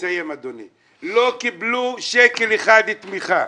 קיבלו שקל אחד תמיכה.